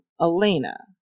Elena